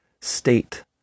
state